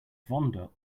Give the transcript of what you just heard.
vonda